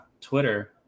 Twitter